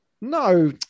no